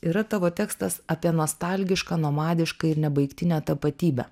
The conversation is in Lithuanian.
yra tavo tekstas apie nostalgišką nomadišką ir nebaigtinę tapatybę